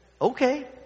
Okay